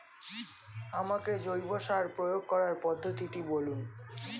আমাকে জৈব সার প্রয়োগ করার পদ্ধতিটি বলুন?